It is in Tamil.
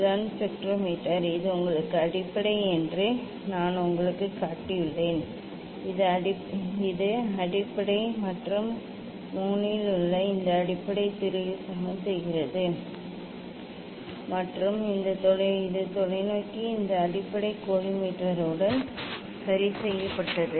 இதுதான் ஸ்பெக்ட்ரோமீட்டர் இது உங்களுக்கு அடிப்படை என்று நான் உங்களுக்குக் காட்டியுள்ளேன் இது அடிப்படை மற்றும் 3 இல் உள்ள இந்த அடிப்படை திருகு சமன் செய்கிறது மற்றும் இந்த தொலைநோக்கி இந்த அடிப்படை கோலிமேட்டருடன் சரி செய்யப்பட்டது